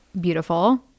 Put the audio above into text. beautiful